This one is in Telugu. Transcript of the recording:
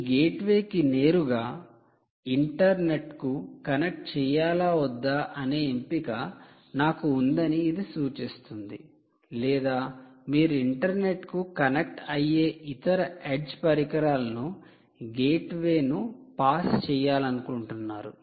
ఈ గేట్వే కి నేరుగా ఇంటర్నెట్కు కనెక్ట్ చేయాలా వద్దా అనే ఎంపిక నాకు ఉందని ఇది సూచిస్తుంది లేదా మీరు ఇంటర్నెట్కు కనెక్ట్ అయ్యే ఇతర ఎడ్జ్ పరికరాలను గేట్వే ను పాస్ చేయాలనుకుంటున్నారు